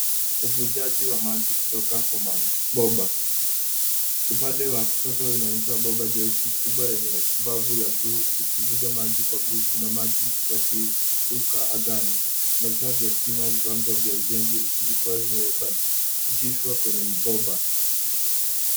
Uvujaji wa maji kutoka kwa mabomba. Upande wa kushoto inaonyesha bomba jeusi kubwa lenye valvu ya blue ikivuja maji kwa nguvu na maji yakiruka angani. Vifaa vya kupima viwango vya ujenzi zikiwa zimebatishwa kwenye bomba.